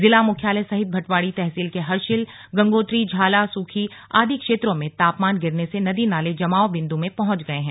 जिला मुख्यालय सहित भटवाड़ी तहसील के हर्षिल गंगोत्री झाला सुखी आदि क्षेत्रों में तापमान गिरने से नदी नाले जमाव बिंद में पहुंच गए हैं